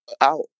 out